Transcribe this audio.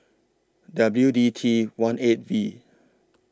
W D T one eight V